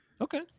Okay